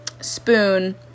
spoon